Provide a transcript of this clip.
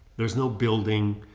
there's no building.